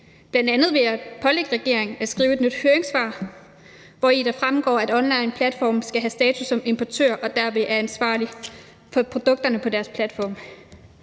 bl.a. ved at pålægge regeringen at skrive et nyt høringssvar, hvori det fremgår, at en onlineplatform skal have status som importør og dermed er ansvarlig for produkterne på sin platform.